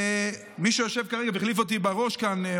מי שיושב כרגע והחליף אותי בראש כאן,